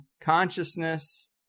consciousness